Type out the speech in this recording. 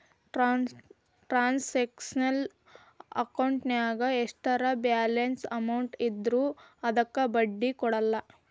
transactional ಅಕೌಂಟಿನ್ಯಾಗ ಎಷ್ಟರ balance amount ಇದ್ರೂ ಅದಕ್ಕ ಬಡ್ಡಿ ಕೊಡಲ್ಲ